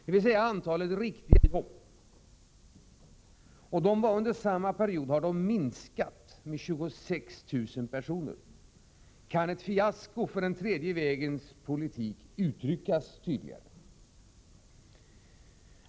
Antalet riktiga jobb har under samma period minskat med 26 000. Kan ett fiasko för den s.k. tredje vägens politik uttryckas tydligare?